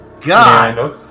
God